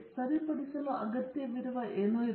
ಆದ್ದರಿಂದ ನಾವು ಸರಿಪಡಿಸಲು ಅಗತ್ಯವಿರುವ ಏನೋ